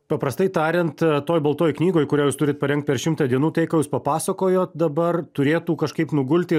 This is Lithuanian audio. paprastai tariant toj baltoj knygoj kurią jūs turit parengt per šimtą dienų tai ką jūs papasakojot dabar turėtų kažkaip nugulti